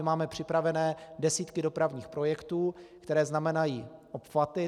Máme připravené desítky dopravních projektů, které znamenají obchvaty.